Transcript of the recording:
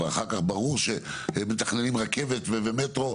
זה ברור שכשמתכננים רכבת ומטרו,